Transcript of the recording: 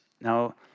Now